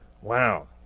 Wow